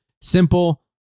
Simple